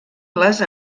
les